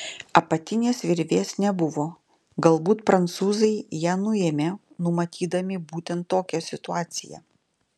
apatinės virvės nebuvo galbūt prancūzai ją nuėmė numatydami būtent tokią situaciją